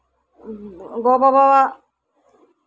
ᱜᱚᱼᱵᱟᱵᱟᱣᱟᱜ